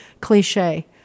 cliche